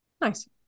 Nice